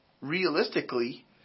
realistically